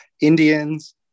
Indians